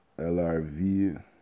LRV